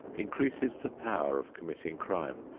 increases the power of committing crime,